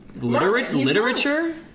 literature